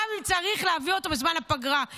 גם אם צריך להביא אותו בזמן הפגרה,